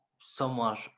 somewhat